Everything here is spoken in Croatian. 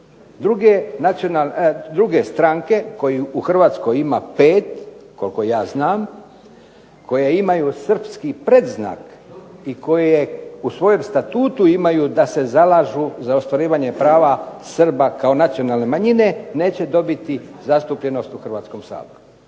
Druge stranke kojih u HRvatskoj ima 5, koliko ja znam, koje imaju srpski predznak i koje u svojem statutu imaju da se zalažu za ostvarivanje prava Srba kao nacionalne manjine neće dobiti zastupljenost u Hrvatskom saboru.